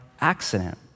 accident